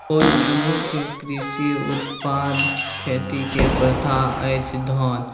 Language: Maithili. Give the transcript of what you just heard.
सुपौलमे मुख्य कृषि उत्पाद खेतीके प्रथा अछि धान